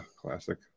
classic